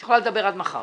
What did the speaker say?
את יכולה לדבר עד מחר.